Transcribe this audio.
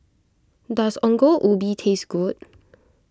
does Ongol Ubi taste good